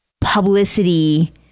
publicity